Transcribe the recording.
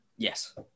Yes